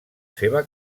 seva